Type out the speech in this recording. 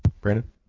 Brandon